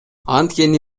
анткени